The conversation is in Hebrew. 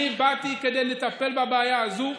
באתי כדי לטפל בבעיה הזאת,